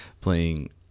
playing